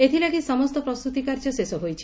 ଏଥିଲାଗି ସମସ୍ତ ପ୍ରସ୍ତୁତି କାର୍ଯ୍ୟ ଶେଷ ହୋଇଛି